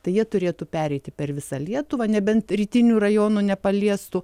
tai jie turėtų pereiti per visą lietuvą nebent rytinių rajonų nepaliestų